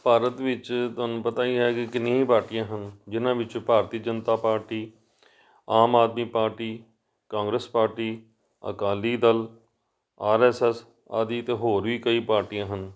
ਭਾਰਤ ਵਿੱਚ ਤੁਹਾਨੂੰ ਪਤਾ ਹੀ ਹੈ ਕਿ ਕਿੰਨੀਆਂ ਹੀ ਪਾਰਟੀਆਂ ਹਨ ਜਿਹਨਾਂ ਵਿੱਚੋਂ Bharatiya Janata party Aam Aadmi party Congress party Akali Dal R S S ਆਦਿ ਅਤੇ ਹੋਰ ਵੀ ਕਈ ਪਾਰਟੀਆਂ ਹਨ